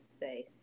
say